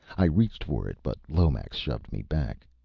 i reached for it, but lomax shoved me back.